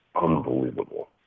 unbelievable